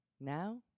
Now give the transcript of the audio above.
Now